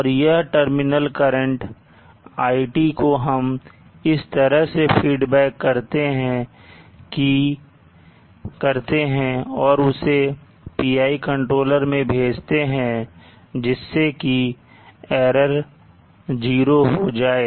और यह terminal current iT को हम इस तरह से फीडबैक करते हैं और उसे PI कंट्रोलर में भेजते हैं जिससे कि error0 हो जाए